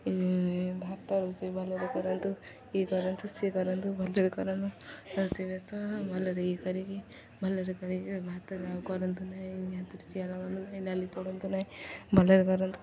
ଭାତ ରୋଷେଇ ଭଲରେ କରନ୍ତୁ ଇଏ କରନ୍ତୁ ସିଏ କରନ୍ତୁ ଭଲରେ କରନ୍ତୁ ରୋଷେଇ ବାସ ଭଲରେ ଇଏ କରିକି ଭଲରେ କରିକି ଭାତରେଉ କରନ୍ତୁ ନାହିଁ ହାତରେ ଚିଆ କରନ୍ତୁ ନାହିଁ ନାଡାଲି ପୋଡ଼ନ୍ତୁ ନାହିଁ ଭଲରେ କରନ୍ତୁ